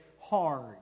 hard